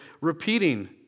repeating